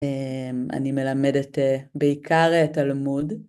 אני מלמדת בעיקר תלמוד.